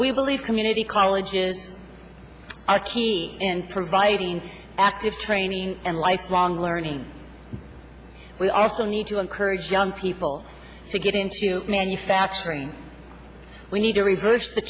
we believe community colleges are key in providing active training and lifelong learning we also need to encourage young people to get into manufacturing we need to reverse the